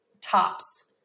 tops